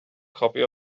copy